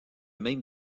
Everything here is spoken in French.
même